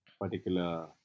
particular